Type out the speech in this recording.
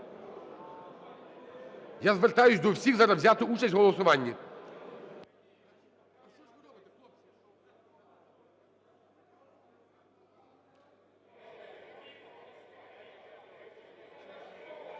Я звертаюсь до всіх зараз взяти участь в голосуванні.